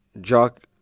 jock